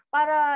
Para